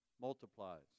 multiplies